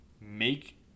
make